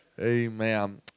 Amen